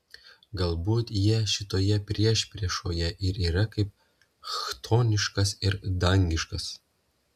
galbūt jie šitoje priešpriešoje ir yra kaip chtoniškas ir dangiškas